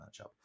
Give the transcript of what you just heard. matchup